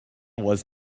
was